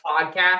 podcast